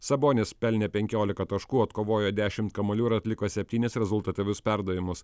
sabonis pelnė penkiolika taškų atkovojo dešim kamuolių ir atliko septynis rezultatyvius perdavimus